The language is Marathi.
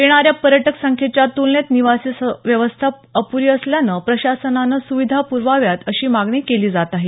येणाऱ्या पर्यटक संख्येच्या तुलनेत निवासाची व्यवस्था अपूरी असल्यानं प्रशासनानं सुविधा पुरवाव्यात अशी मागणी केली जात आहे